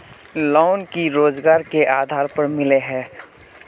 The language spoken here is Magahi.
लोन की रोजगार के आधार पर मिले है?